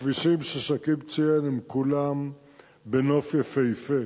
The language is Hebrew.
הכבישים ששכיב ציין הם כולם בנוף יפהפה,